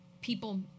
People